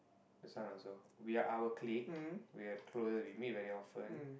this one also we our clique we are closer we meet very often